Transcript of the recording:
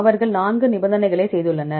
அவர்கள் நான்கு நிபந்தனைகளை செய்துள்ளனர்